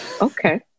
Okay